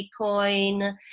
Bitcoin